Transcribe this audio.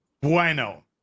bueno